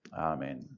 Amen